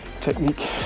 technique